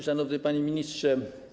Szanowny Panie Ministrze!